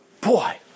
boy